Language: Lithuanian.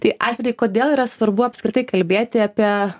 tai arvydai kodėl yra svarbu apskritai kalbėti apie